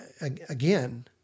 Again